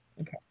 Okay